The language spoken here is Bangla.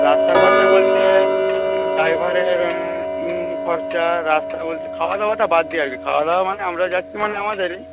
রাস্তা খরচ বলতে ড্রাইভারের খরচ রাস্তা বলতে খাওয়া দাওয়াটা বাদ দিয়ে আর কি খাওয়া দাওয়া মানে আমরা যাচ্ছি মানে আমাদেরই